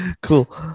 cool